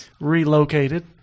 relocated